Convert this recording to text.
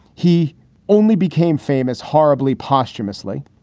he only became famous horribly, posthumously.